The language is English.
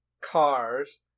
cars